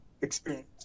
experience